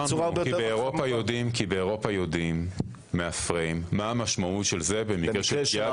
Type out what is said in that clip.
כי באירופה יודעים מהפריים מה המשמעות של זה במקרה של פגיעה